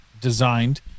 designed